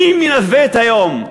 מי מנווט היום?